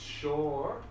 sure